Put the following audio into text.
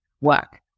work